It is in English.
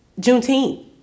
Juneteenth